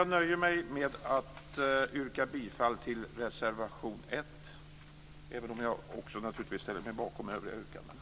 Jag nöjer mig med att yrka bifall till reservation 1, även om jag naturligtvis också ställer mig bakom övriga yrkanden.